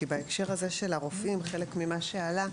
כי בהקשר של הרופאים חלק ממה שעלה,